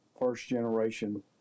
first-generation